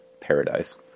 paradise